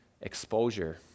exposure